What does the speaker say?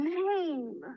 name